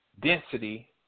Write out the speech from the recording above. Density